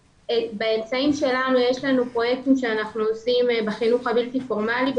באמצעים שלנו יש לנו פרויקטים שאנחנו עושים בחינוך הבלתי פורמלי,